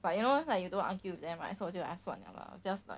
but you know like you don't argue with them right so 我就 !aiya! 算了 just uh